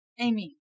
Amy